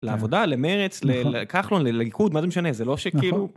לעבודה, כן, למר"צ, נכון, לכחלון, ל... לליכוד, מה זה משנה, נכון, זה לא שכאילו...